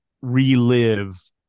relive